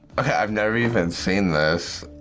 i've never even seen this.